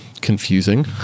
confusing